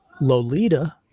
Lolita